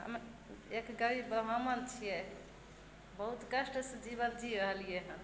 हमे एक गरीब ब्राह्मण छियै बहुत कष्टसँ जीवन जी रहलियै हन